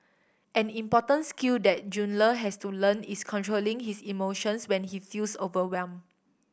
an important skill that Jun Le has to learn is controlling his emotions when he feels overwhelmed